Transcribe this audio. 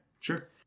sure